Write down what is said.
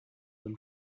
them